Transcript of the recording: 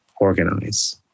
organize